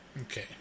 Okay